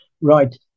Right